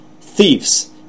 thieves